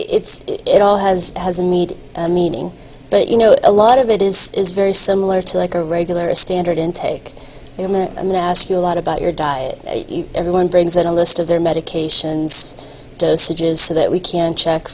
it's it all has a need meaning but you know a lot of it is is very similar to like a regular a standard intake and then ask you a lot about your diet everyone brings in a list of their medications dosages so that we can check